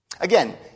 Again